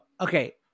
Okay